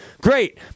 great